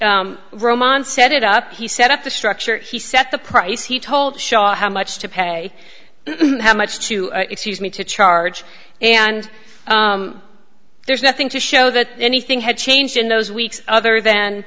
where roman set it up he set up the structure he set the price he told shaw how much to pay how much to excuse me to charge and there's nothing to show that anything had changed in those weeks other than